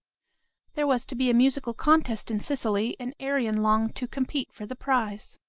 there was to be a musical contest in sicily, and arion longed to compete for the prize.